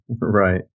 right